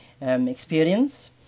Experience